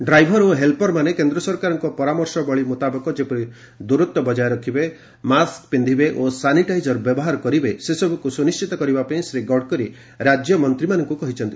driver ଓ ହେଲପରମାନେ କେନ୍ଦ୍ର ସରକାରଙ୍କ ପରାମର୍ଶ ବଳୀ ମୁତାବକ ଯେପରି ଦୂରତ୍ୱ ବଚ୍ଚାୟ ରଖିବେ ମାସ୍କ୍ ପିନ୍ଧିବେ ଓ ସାନିଟାଇଜର ବ୍ୟବହାର କରିବେ ସେସବୁକୁ ସୁନିଶ୍ଚିତ କରିବା ପାଇଁ ଶ୍ରୀ ଗଡ଼କରୀ ରାଜ୍ୟ ମନ୍ତ୍ରୀମାନଙ୍କୁ କହିଛନ୍ତି